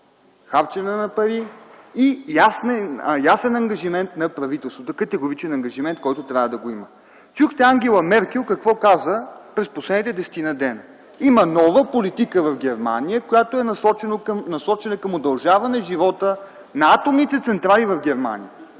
харчене на пари и ясен ангажимент на правителството, категоричен ангажимент, който трябва да го има. Чухте Ангела Меркел какво каза през последните десетина дни: „Има нова политика в Германия, която е насочена към удължаване живота на атомните централи в Германия”.